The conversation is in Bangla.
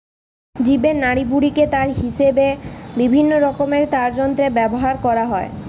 জীবের নাড়িভুঁড়িকে তার হিসাবে বিভিন্নরকমের তারযন্ত্রে ব্যাভার কোরা হয়